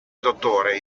dottore